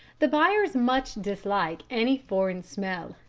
the buyers much dislike any foreign smell,